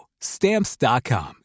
Stamps.com